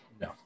No